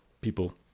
people